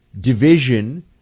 division